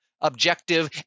objective